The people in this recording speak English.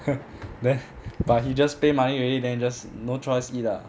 呵 then but he just pay money already then just no choice eat ah